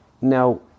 now